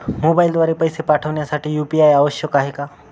मोबाईलद्वारे पैसे पाठवण्यासाठी यू.पी.आय आवश्यक आहे का?